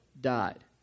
died